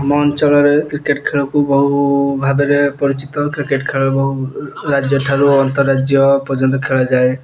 ଆମ ଅଞ୍ଚଳରେ କ୍ରିକେଟ୍ ଖେଳକୁ ବହୁ ଭାବରେ ପରିଚିତ କ୍ରିକେଟ୍ ଖେଳ ବହୁ ରାଜ୍ୟ ଠାରୁ ଅନ୍ତରାଜ୍ୟ ପର୍ଯ୍ୟନ୍ତ ଖେଳାଯାଏ